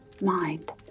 mind